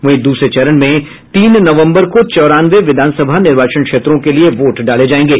वहीं दूसरे चरण में तीन नवम्बर को चौरानवे विधानसभा निर्वाचन क्षेत्रों के लिए वोट डाले जायेंगे